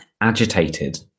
agitated